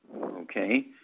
Okay